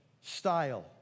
style